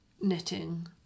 knitting